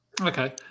okay